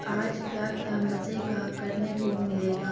آج کیا کیا مزے کا کرنے کو ملے گا